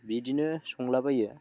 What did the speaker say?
बिदिनो संला बायो